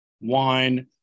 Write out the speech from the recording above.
wine